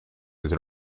his